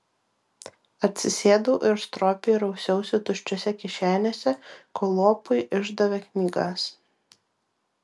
atsisėdau ir stropiai rausiausi tuščiose kišenėse kol lopui išdavė knygas